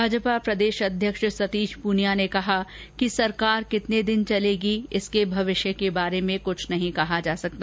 भाजपा प्रदेश अध्यक्ष सतीश पूनिया ने कहा कि सरकार कितने दिन चलेगी इसके भविष्य के बारे में कुछ नहीं कहा जा सकता